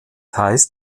heißt